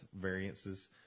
variances